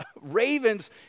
ravens